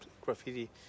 graffiti